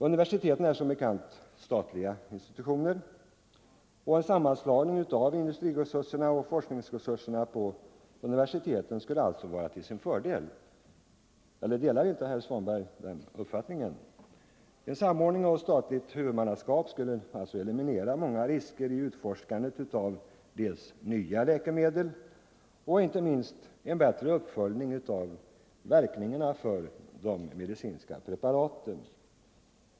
Universiteten är som bekant statliga institutioner, och en sammanslagning av industrins och universitetens forskningsresurser skulle alltså vara en fördel — eller delar inte herr Svanberg den uppfattningen? En samordning under statligt huvudmannaskap skulle således eliminera många risker vid utforskandet av nya läkemedel och inte minst bidra till en bättre uppföljning av de medicinska preparatens verkningar.